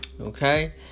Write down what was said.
okay